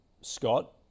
Scott